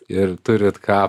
ir turit ką